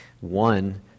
One